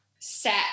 set